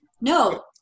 No